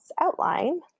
outline